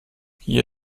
hier